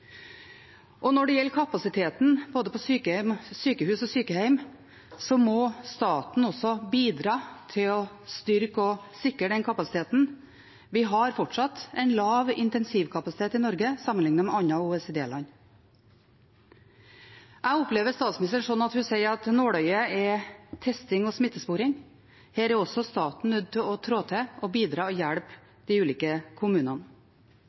Når det gjelder kapasiteten i både sykehus og sykehjem, må staten også bidra til å styrke og sikre den kapasiteten. Vi har fortsatt en lav intensivkapasitet i Norge, sammenlignet med andre OECD-land. Jeg opplever statsministeren slik at hun sier at nåløyet er testing og smittesporing. Der er også staten nødt til å trå til og bidra til å hjelpe de ulike kommunene.